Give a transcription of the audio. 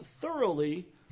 thoroughly